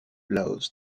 laos